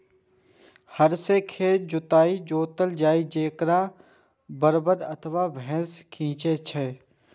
हर सं खेत जोतल जाइ छै, जेकरा बरद अथवा भैंसा खींचै छै